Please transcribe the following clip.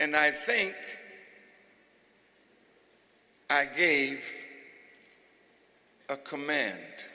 and i think i gave a command